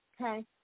okay